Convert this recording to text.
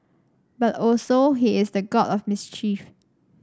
but also he is the god of mischief